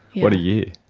what a year!